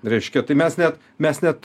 reiškia tai mes net mes net